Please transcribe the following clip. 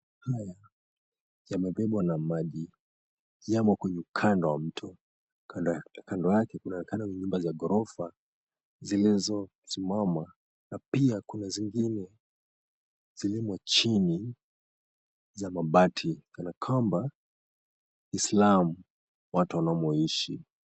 ...Yamebebwa na maji, yamo kwenye kando ya mto. Kando yake kunaonekana ni nyumba za gorofa zilizosimama na pia kuna zingine zilimo chini za mabati kana kwamba ni slum watu wanamoishi.